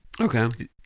Okay